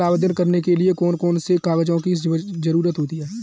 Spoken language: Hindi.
ऋण आवेदन करने के लिए कौन कौन से कागजों की जरूरत होती है?